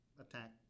attack